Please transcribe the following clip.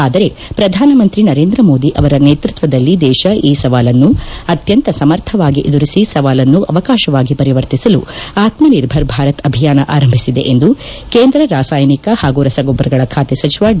ಆದರೆ ಪ್ರಧಾನಮಂತ್ರಿ ನರೇಂದ್ರಮೋದಿ ಅವರ ನೇತೃಕ್ಷದಲ್ಲಿ ದೇಶ ಈ ಸವಾಲನ್ನು ಅತ್ಯಂತ ಸಮರ್ಥವಾಗಿ ಎದುರಿಸಿ ಸವಾಲನ್ನು ಅವಕಾಶವಾಗಿ ಪರಿವರ್ತಿಸಲು ಆತ್ಮಿರ್ಭರ್ ಭಾರತ್ ಅಭಿಯಾನ ಆರಂಭಿಸಿದೆ ಎಂದು ಕೇಂದ್ರ ರಾಸಾಯನಿಕ ಪಾಗೂ ರಸಗೊಬ್ಬರಗಳ ಖಾತೆ ಸಚಿವ ಡಿ